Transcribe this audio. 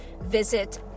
Visit